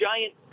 giant